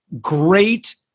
great